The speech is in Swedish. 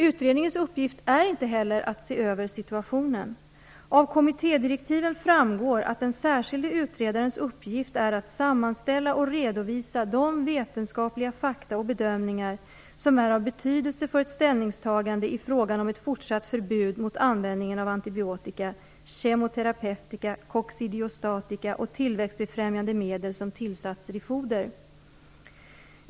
Utredningens uppgift är inte heller att "se över situationen". Av kommittédirektiven framgår att den särskilde utredarens uppgift är att sammanställa och redovisa de vetenskapliga fakta och bedömningar som är av betydelse för ett ställningstagande i frågan om ett fortsatt förbud mot användningen av antibiotika, kemoterapeutika, koccidiostatika och tillväxtbefrämjande medel som tillsatser i foder.